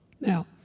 Now